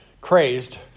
crazed